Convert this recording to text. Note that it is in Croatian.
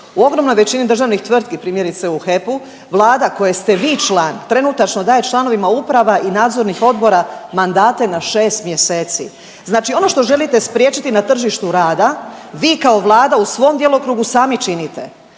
U ogromnoj većini državnih tvrtki, primjerice u HEP-u vlada kojoj ste vi član trenutačno daje članovima uprava i nadzornih odbora mandate na 6 mjeseci. Znači ono što želite spriječiti na tržištu rada vi kao vlada u svom djelokrugu sami činite.